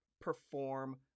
perform